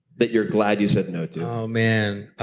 that you're glad you said no to? oh man,